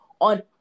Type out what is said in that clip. on